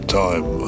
time